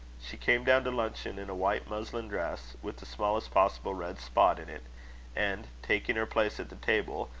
she came down to luncheon in a white muslin dress, with the smallest possible red spot in it and, taking her place at the table,